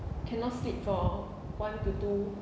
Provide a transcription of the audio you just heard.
cannot sleep for one to two